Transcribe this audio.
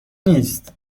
نیست